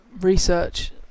Research